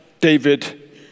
David